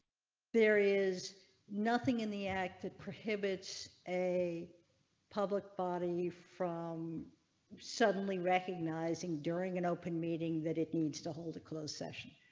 there is nothing in the act that prohibits a public body you from suddenly recognizing during an open meeting that it needs to hold a closed session.